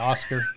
Oscar